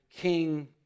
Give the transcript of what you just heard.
king